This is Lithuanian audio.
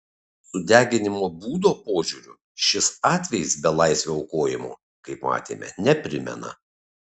sudeginimo būdo požiūriu šis atvejis belaisvio aukojimo kaip matėme neprimena